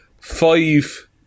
five